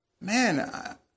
man